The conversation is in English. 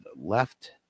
left